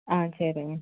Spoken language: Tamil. ஆ சரிங்க